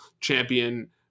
champion